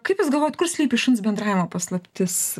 kaip jūs galvojat kur slypi šuns bendravimo paslaptis